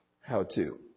how-to